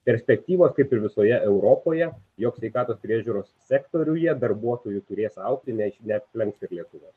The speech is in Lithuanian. perspektyvos kaip ir visoje europoje jog sveikatos priežiūros sektoriuje darbuotojų turės augti ne neaplenks ir lietuvos